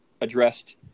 addressed